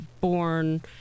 born